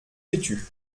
vêtu